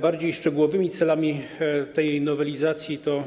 Bardziej szczegółowymi celami tej nowelizacji są,